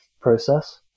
process